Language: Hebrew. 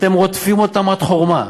אתם רודפים אותן עד חורמה.